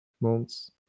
months